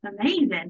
amazing